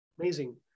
Amazing